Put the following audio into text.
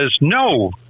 no